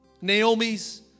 Naomi's